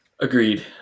Agreed